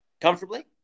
Comfortably